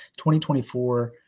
2024